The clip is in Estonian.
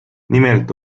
nimelt